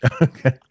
Okay